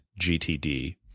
GTD